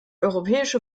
europäische